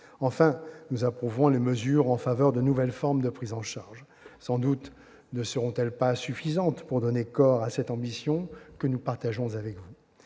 Enfin, nous approuvons les mesures en faveur de nouvelles formes de prise en charge. Sans doute ne seront-elles pas suffisantes pour donner corps à cette ambition que nous partageons avec vous,